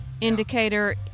indicator